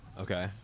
Okay